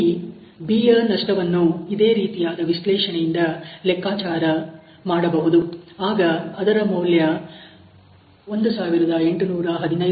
ಇಲ್ಲಿ B ಯ ನಷ್ಟವನ್ನು ಇದೇ ರೀತಿಯಾದ ವಿಶ್ಲೇಷಣೆಯಿಂದ ಲೆಕ್ಕಾಚಾರ ಮಾಡಬಹುದು ಆಗ ಅದರ ಮೌಲ್ಯ 1815 ನ್ನು 14